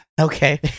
Okay